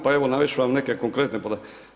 Pa evo, navesti ću vam neke konkretne primjere.